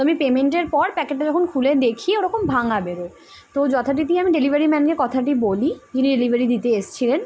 তো আমি পেমেন্টের পর প্যাকেটটা যখন খুলে দেখি ওরকম ভাঙা বেরোয় তো যথারীতি আমি ডেলিভারি ম্যানকে কথাটি বলি যিনি ডেলিভারি দিতে এসছিলেন